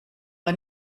war